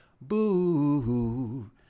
Boo